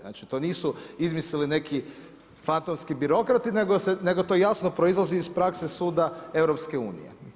Znači, to nisu izmislili neki fantomski birokrati, nego to jasno proizlazi iz prakse suda EU.